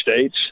states